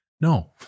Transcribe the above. no